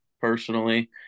personally